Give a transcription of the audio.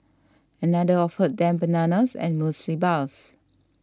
another offered them bananas and muesli bars